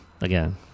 again